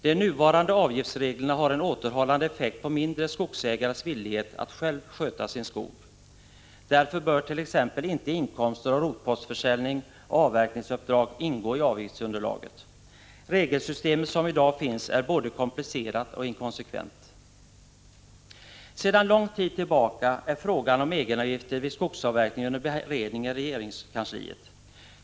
De nuvarande avgiftsreglerna har en återhållande effekt på villigheten hos ägarna till mindre skogsegendomar att själva sköta sin skog. Därför bör t.ex. inte inkomster av rotpostförsäljning och avverkningsuppdrag ingå i avgiftsunderlaget. Det regelsystem som finns i dag är både komplicerat och inkonsekvent. Sedan lång tid tillbaka är frågan om egenavgifter vid skogsavverkning under beredning i regeringskansliet.